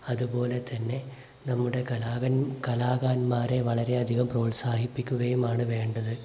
അതുപോലെതന്നെ നമ്മുടെ കലാകാരന്മാരെ വളരെ അധികം പ്രോത്സാഹിപ്പിക്കുകയുമാണ് വേണ്ടത്